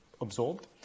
absorbed